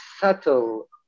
subtle